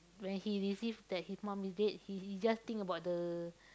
when he receive that his mum is dead he he just think about the